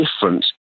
different